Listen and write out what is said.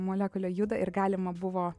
molekulė juda ir galima buvo